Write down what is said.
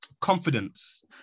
confidence